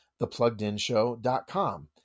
thepluggedinshow.com